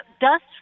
dust